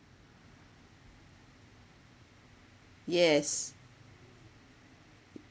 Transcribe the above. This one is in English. yes